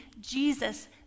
Jesus